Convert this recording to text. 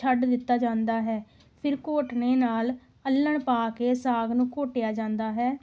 ਛੱਡ ਦਿੱਤਾ ਜਾਂਦਾ ਹੈ ਫਿਰ ਘੋਟਣੇ ਨਾਲ ਅੱਲਣ ਪਾ ਕੇ ਸਾਗ ਨੂੰ ਘੋਟਿਆ ਜਾਂਦਾ ਹੈ